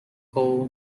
coal